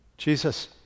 Jesus